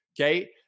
Okay